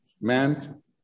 meant